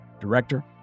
director